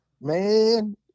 man